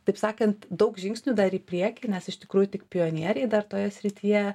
taip sakant daug žingsnių dar į priekį nes iš tikrųjų tik pionieriai dar toje srityje